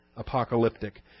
apocalyptic